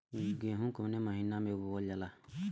गेहूँ कवने महीना में बोवल जाला?